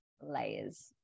layers